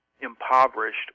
impoverished